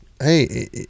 hey